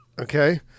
okay